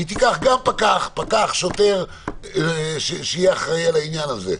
היא תיקח גם פקח או שוטר שיהיה אחראי על העניין הזה.